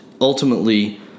ultimately